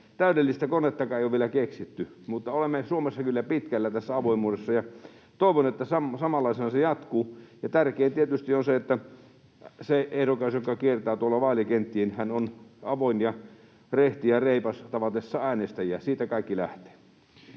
Täydellistä konettakaan ei ole vielä keksitty. Mutta olemme Suomessa kyllä pitkällä tässä avoimuudessa, ja toivon, että samanlaisena se jatkuu. Ja tärkeintä tietysti on se, että se ehdokas, joka kiertää tuolla vaalikenttiä, on avoin ja rehti ja reipas tavatessaan äänestäjiä. Siitä kaikki lähtee.